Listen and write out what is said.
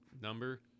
Number